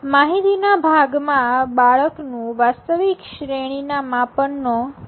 માહિતીના ભાગમાં બાળકનું વાસ્તવિક શ્રેણી ના માપન નો સમાવેશ થાય છે